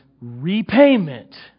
repayment